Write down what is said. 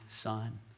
son